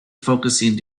focusing